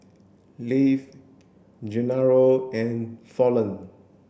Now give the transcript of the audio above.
Leif Gennaro and Fallon